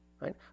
right